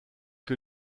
que